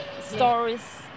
stories